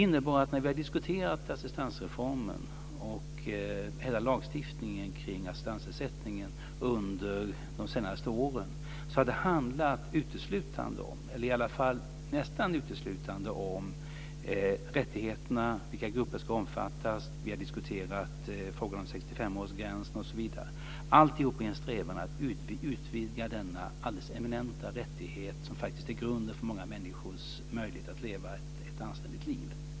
När vi har diskuterat assistansreformen och hela lagstiftningen kring assistansersättningen under de senaste åren har det nästan uteslutande handlat om rättigheterna och vilka grupper som ska omfattas. Vi har diskuterat frågan om 65-årsgräns osv. Alltihop har skett i en strävan att utvidga denna alldeles eminenta rättighet, som faktiskt är grunden för många människors möjlighet att leva ett anständigt liv.